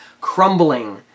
crumbling